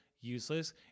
useless